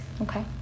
Okay